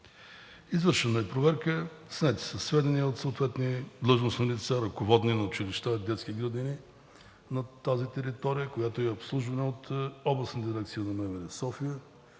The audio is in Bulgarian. Извършена е проверка, снети са сведения от съответни длъжностни лица, ръководни на училища, детски градини на тази територия, която е обслужвана от Областната дирекция на МВР – София.